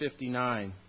59